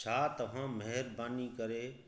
छा तव्हां महिरबानी करे